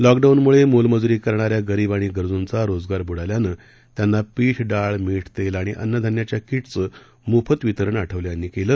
लॉकडाऊनमुळे मोलमजुरी करणाऱ्या गरीब आणि गरजूंचा रोजगार बुडाल्यानं त्यांना पीठ डाळ मीठ तेल आणि अन्नधान्याच्या किटचं मोफत वितरण आठवले यांनी केलं